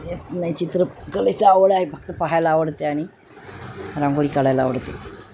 येत नाही चित्रकलेची आवड आहे फक्त पाहायला आवडते आणि रांगोळी काढायला आवडते